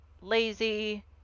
lazy